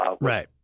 Right